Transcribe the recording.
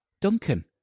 Duncan